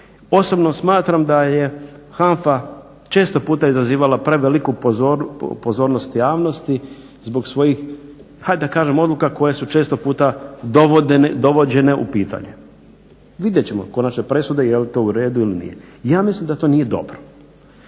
Osobno smatram da je HANFA često puta izazivala preveliku pozornost javnosti zbog svojih, ajde da kažem odluka koje su često puta dovođene u pitanje. Vidjet ćemo konačne presude, jel to u redu ili nije. Ja mislim da to nije dobro.